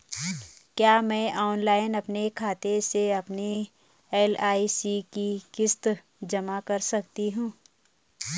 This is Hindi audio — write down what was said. क्या मैं ऑनलाइन अपने खाते से अपनी एल.आई.सी की किश्त जमा कर सकती हूँ?